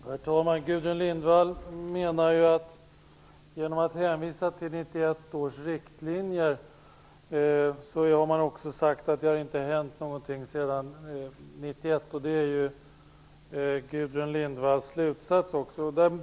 Herr talman! Gudrun Lindvall menar att man genom att hänvisa till 1991 års riktlinjer också har sagt att det inte har hänt någonting sedan 1991. Det är också Gudrun Lindvalls slutsats.